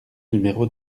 numéro